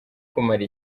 kumara